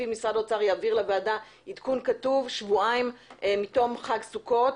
לפיו משרד האוצר יעביר לוועדה עדכון כתוב שבועיים מתום חג סוכות